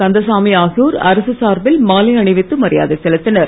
கந்தசாமி உள்ளிட்டோர் அரசு சார்பில் மாலை அணிவித்து மரியாதை செலுத்தினர்